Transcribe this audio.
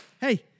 Hey